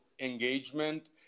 engagement